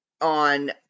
on